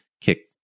kick